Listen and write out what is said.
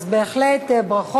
נתקבל.